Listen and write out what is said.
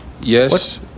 Yes